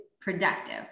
productive